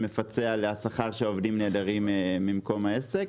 שמפצה על השכר שעובדים מעדרים ממקום העסק.